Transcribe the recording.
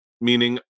meaning